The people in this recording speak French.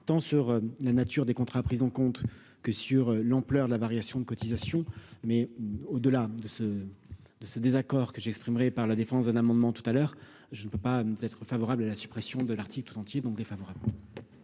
tant sur la nature des contrats prise en compte que sur l'ampleur de la variation de cotisation mais au delà de ce de ce désaccord que j'exprimerai par la défense d'un amendement tout à l'heure je ne peux pas nous être favorable à la suppression de l'article tout entier donc défavorable.